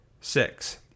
Six